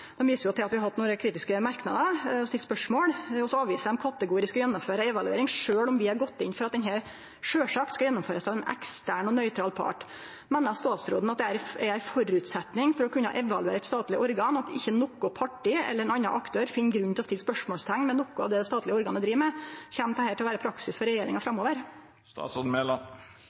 til at vi har hatt nokre kritiske merknader og stilt spørsmål, og dei avviser kategorisk å gjennomføre ei evaluering sjølv om vi har gått inn for at ho sjølvsagt skal gjennomførast av ein ekstern og nøytral part. Meiner statsråden det er ein føresetnad for å kunne evaluere statlege organ at ikkje noko parti eller ein annan aktør finn grunn til å setje spørsmålsteikn ved noko av det det statlege organet driv med? Kjem dette til å vere praksis for regjeringa